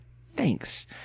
Thanks